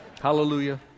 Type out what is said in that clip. Hallelujah